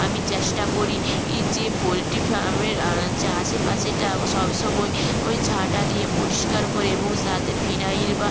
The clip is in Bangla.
আমি চেষ্টা করি যে পোলট্রি ফার্মের হচ্ছে আশেপাশেটা সবসময় ওই ঝাঁটা দিয়ে পরিষ্কার করে এবং সাথে ফিনাইল বা